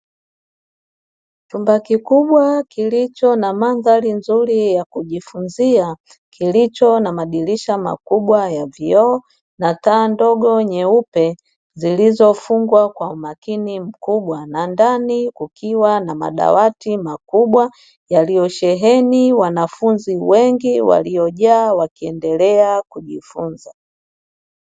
Chumba kikubwa kilicho na mandhari nzuri ya kujifunza kilicho na madirisha makubwa ya vyoo na taa ndogo nyeupe zilizofungwa kwa umakini mkubwa, na ndani kukiwa na madawati makubwa yaliyosheheni wanafunzi wengi waliojaa wakiendelea kujifunza.